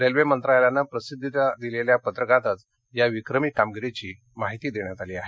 railway मंत्रालयाने प्रसिद्धीस दिलेल्या पत्रकातच या विक्रमी कामगिरीची माहिती देण्यात आली आहे